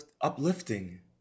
uplifting